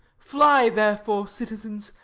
fly therefore, citizens,